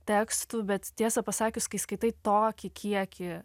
tekstų bet tiesą pasakius kai skaitai tokį kiekį